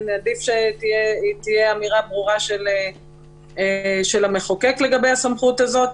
עדיף שתהיה אמירה ברורה של המחוקק לגבי הסמכות הזאת,